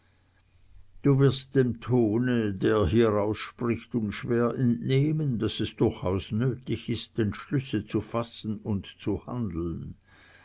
du wirst dem tone der hieraus spricht unschwer entnehmen daß es durchaus nötig ist entschlüsse zu fassen und zu handeln